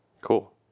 Cool